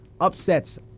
upsets